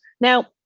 Now